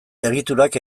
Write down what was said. egiturak